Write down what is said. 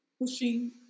Pushing